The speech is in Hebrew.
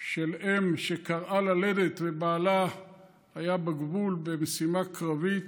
של אם שכרעה ללדת ובעלה היה בגבול במשימה קרבית,